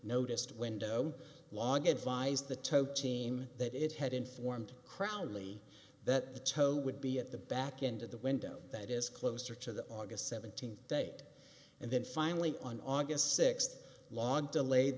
noticed window log advised the tow team that it had informed crowley that the tow would be at the back end of the window that is closer to the august seventeenth date and then finally on august sixth long delayed